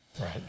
Right